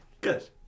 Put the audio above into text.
Good